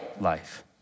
life